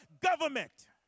government